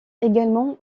également